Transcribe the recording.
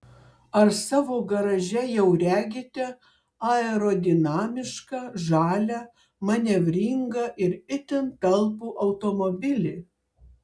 ar savo garaže jau regite aerodinamišką žalią manevringą ir itin talpų automobilį